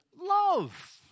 love